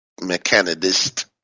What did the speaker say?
mechanist